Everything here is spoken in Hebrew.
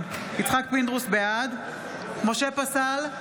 פינדרוס, בעד משה פסל,